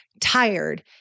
tired